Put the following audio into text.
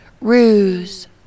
Ruse